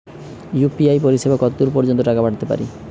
UPI পরিসেবা কতদূর পর্জন্ত টাকা পাঠাতে পারি?